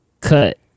cut